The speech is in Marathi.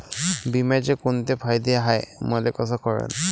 बिम्याचे कुंते फायदे हाय मले कस कळन?